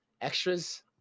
extras